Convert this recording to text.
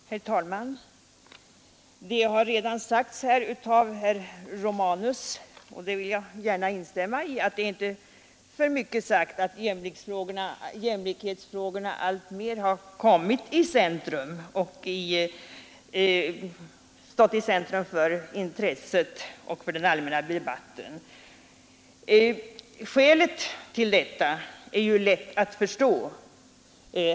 Herr talman! Det har redan sagts av herr Romanus — och det vill jag gärna instämma i — att jämlikhetsfrågorna alltmer har kommit i centrum för intresset och för debatten. Skälet till detta är ju lätt att förstå.